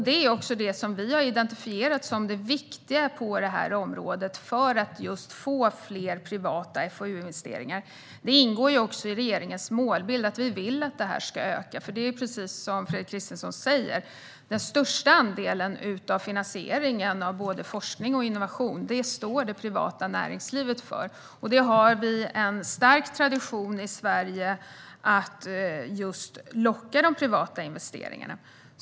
Detta är också det som vi har identifierat som det viktiga på det här området, just för att få fler privata FoU-investeringar. Det ingår också i regeringens målbild. Vi vill att detta ska öka, för det är det privata näringslivet som står för den största andelen av finansieringen av forskning och innovation, precis som Fredrik Christensson säger. I Sverige har vi en stark tradition av att locka privata investeringar.